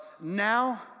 Now